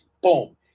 boom